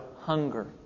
hunger